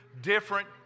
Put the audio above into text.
different